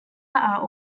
are